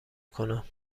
کنم